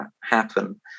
happen